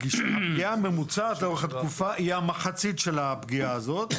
הפגיעה הממוצעת לאורך התקופה היא המחצית של הפגיעה הזאת,